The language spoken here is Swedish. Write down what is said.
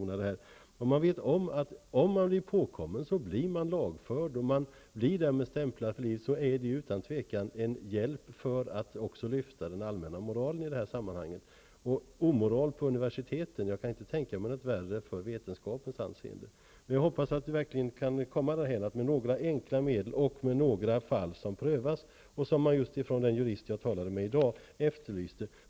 När man vet om att om man blir upptäckt så blir man lagförd och därmed stämplad för livet, är det utan tvivel en hjälp för att också lyfta den allmänna moralen i det här sammanhanget. Jag kan inte tänka mig något värre för vetenskapens anseende än omoral på universiteten. Jag hoppas att det skall bli möjligt att få bukt med fusket med enkla medel och genom att några fall prövas, vilket den jurist som jag talade med i dag efterlyste.